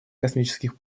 космических